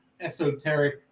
esoteric